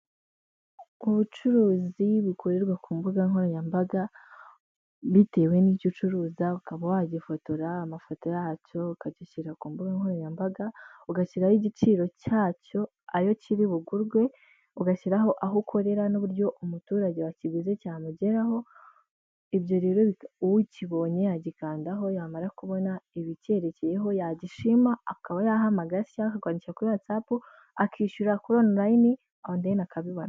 Ubucuruzi bukorerwa ku mbuga nkoranyambaga, bitewe n'icyo ucuruza ukaba wagifotora, amafoto yacyo ukagishyira ku mbuga nkoranyambaga, ugashyiraho igiciro cyacyo ayo kiri bugurwe, ugashyiraho aho ukorera n'uburyo umuturage wakigu cyamugeraho, ibyo rero ukibonye yagikandaho yamara kubona ibicyerekeyeho yagishima akaba yahamaga se cyangwa akarwandikira kuri watsapu, akishyura kuri onurayini andi deni akabibona.